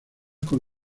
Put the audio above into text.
con